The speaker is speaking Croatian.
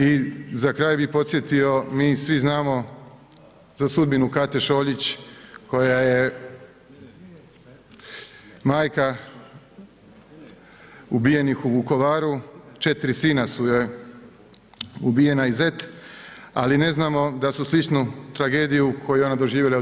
I za kraj bih podsjetio, mi svi znamo za sudbinu Kate Šoljić, koja je majka ubijenih u Vukovaru, 4 sina su joj ubijena i zet, ali ne znamo da su sličnu tragediju koju je ona doživjela u II.